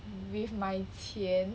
with my 钱